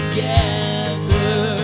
Together